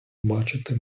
бачити